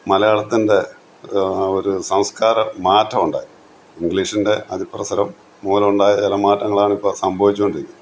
മലയാളത്തിൻ്റെ ഒരു സംസ്കാരം മാറ്റം ഉണ്ടായി ഇംഗ്ലീഷിൻ്റെ അതിപ്രസരം മൂലം ഉണ്ടായ ചിലമാറ്റങ്ങളാണ് ഇപ്പോൾ സംഭവിച്ചു കൊണ്ടിരിക്കുന്നത്